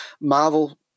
Marvel